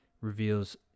Reveals